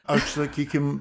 aš sakykim